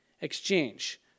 exchange